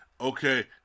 okay